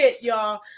y'all